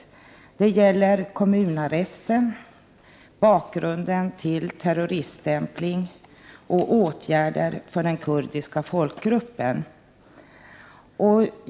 Reservationerna gäller kommunarrest, bakgrund till terroriststämpling och åtgärder för den kurdiska folkgruppen.